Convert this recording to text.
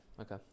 okay